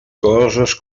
coses